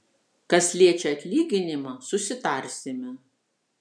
kas liečia atlyginimą susitarsime